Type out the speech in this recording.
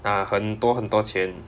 拿很多很多钱